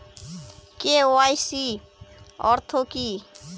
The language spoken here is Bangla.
কে.ওয়াই.সি অর্থ কি?